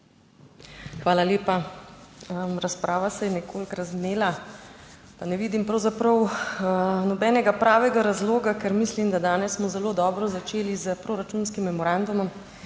Hvala lepa. Razprava se je nekoliko razvnela, pa ne vidim pravzaprav nobenega pravega razloga, ker mislim, da danes smo zelo dobro začeli s proračunskim memorandumom